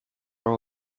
row